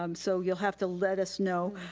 um so you'll have to let us know,